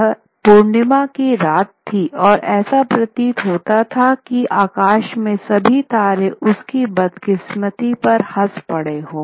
यह पूर्णिमा की रात थी और ऐसा प्रतीत होता था की आकाश में सभी तारे उसकी बदकिस्मती पर हंस पड़े हो